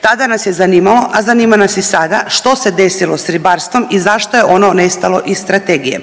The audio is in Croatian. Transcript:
Tada nas je zanimalo, a zanima nas i sada što se desilo s ribarstvom i zašto je ono nestalo iz strategije.